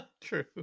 True